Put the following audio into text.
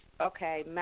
okay